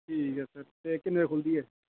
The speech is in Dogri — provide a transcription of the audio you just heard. ठीक ऐ सर ते किन्ने बजे खुलदी ऐ